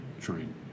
Train